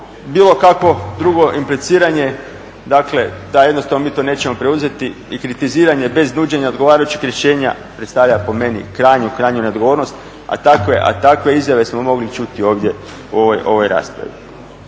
Bilo kakvo drugo impliciranje dakle da jednostavno mi to nećemo preuzeti i kritiziranje bez nuđenja odgovarajućih rješenja predstavlja po meni krajnju, krajnju neodgovornost a takve izjave smo mogli čuti ovdje u ovoj raspravi.